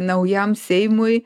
naujam seimui